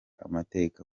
amateka